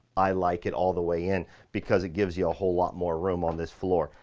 i like it all the way in because it gives you a whole lot more room on this floor.